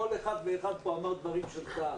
כל אחד ואחד פה אמר דברים של טעם